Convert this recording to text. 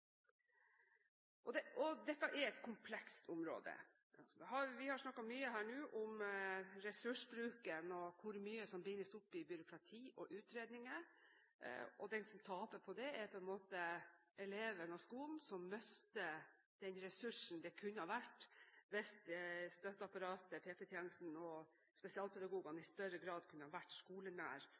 Dette er et komplekst område. Vi har snakket mye her nå om ressursbruken og om hvor mye som bindes opp i byråkrati og utredninger. De som taper på det, er eleven og skolen, som mister den ressursen de kunne hatt hvis støtteapparatet, PPT-tjenesten og spesialpedagogene i større grad kunne vært skolenære og vært